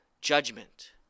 judgment